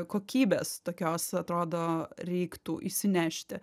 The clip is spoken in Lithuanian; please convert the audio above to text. kokybės tokios atrodo reiktų išsinešti